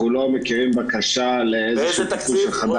אנחנו לא מכירים בקשה לאיזה שהוא תקציב של חדר